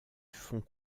fonds